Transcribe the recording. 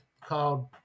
called